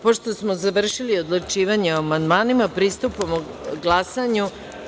Pošto smo završili odlučivanje o amandmanima, pristupamo glasanju.